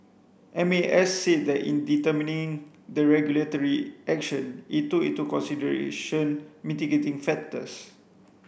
M A S said that in determining the regulatory action it took into consideration mitigating factors